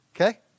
Okay